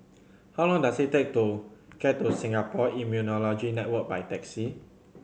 how long does it take to get to Singapore Immunology Network by taxi